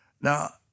Now